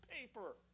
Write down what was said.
paper